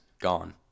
Gone